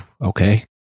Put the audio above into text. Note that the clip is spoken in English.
Okay